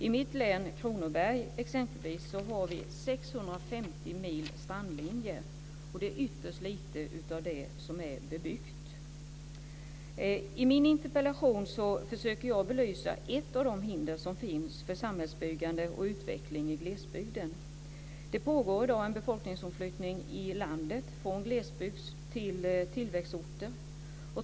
I mitt län, Kronoberg, exempelvis så har vi 650 mil strandlinje. Ytterst lite av den är bebyggd. I min interpellation försökte jag belysa ett av de hinder som finns för samhällsbyggande och utveckling i glesbygden. Det pågår i dag en befolkningsomflyttning i landet från glesbygds till tillväxtorter.